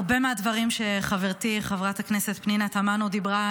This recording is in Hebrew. הרבה מהדברים שחברתי חברת הכנסת פנינה תמנו אמרה,